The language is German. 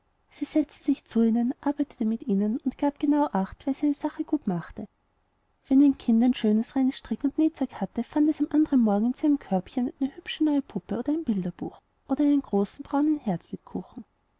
sie setzte sich zu ihnen arbeitete mit ihnen und gab genau acht wer seine sache gut machte wenn ein kind ein schönes reines strick und nähzeug hatte fand es am andern morgen in seinem körbchen eine hübsche neue puppe oder ein bilderbuch oder einen großen braunen